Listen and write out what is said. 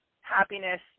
happiness